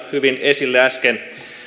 hyvin esille äsken